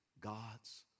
God's